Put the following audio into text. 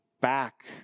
back